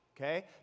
okay